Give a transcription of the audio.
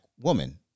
woman